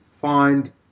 find